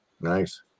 nice